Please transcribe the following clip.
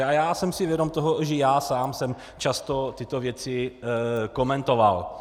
A já jsem si vědom toho, že já sám jsem často tyto věci komentoval.